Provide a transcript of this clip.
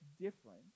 different